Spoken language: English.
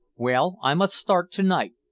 well, i must start to-night,